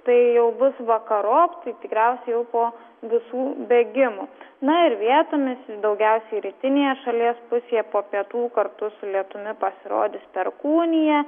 tai jau bus vakarop tikriausiai jau po visų bėgimų na ir vietomis daugiausiai rytinėje šalies pusėje po pietų kartu su lietumi pasirodys perkūnija